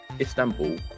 Istanbul